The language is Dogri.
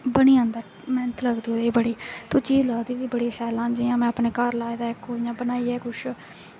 बनी जंदा मैह्नत लगदी ओह्दे च बड़ी ओह् चीज़ लगदी बी बड़ी शैल जियां में अपने घर लाए दा इक ओह् इ'यां बनाइयै कुछ